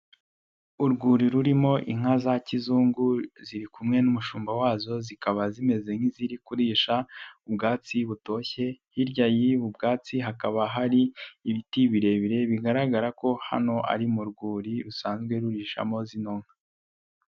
Urwuri rurimo inka za kizungu ziri kumwe n'umushumba wazo zikaba zimeze nk'iziri kurisha ubwatsi butoshye , hirya y'ubu bwatsi hakaba hari ibiti birebire bigaragara ko hano ari mu rwuri rusanzwe rurishamo zino nka.